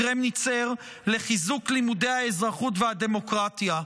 קרמניצר לחיזוק לימודי האזרחות והדמוקרטיה.